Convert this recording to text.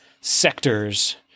sectors